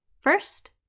First